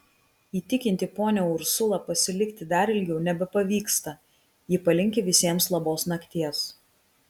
įtikinti ponią ursulą pasilikti dar ilgiau nebepavyksta ji palinki visiems labos nakties